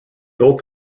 old